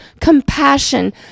compassion